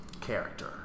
character